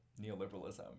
neoliberalism